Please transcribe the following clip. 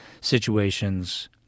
situations